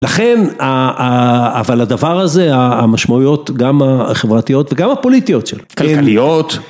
לכן, אבל הדבר הזה, המשמעויות, גם החברתיות וגם הפוליטיות שלו. כלכליות.